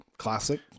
Classic